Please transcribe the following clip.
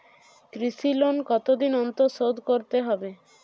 কৃষি লোন কতদিন অন্তর শোধ করতে হবে?